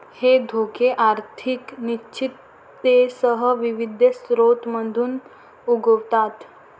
हे धोके आर्थिक अनिश्चिततेसह विविध स्रोतांमधून उद्भवतात